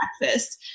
breakfast